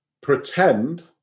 pretend